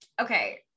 okay